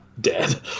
dead